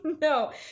No